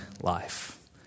life